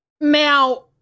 Now